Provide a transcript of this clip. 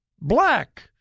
Black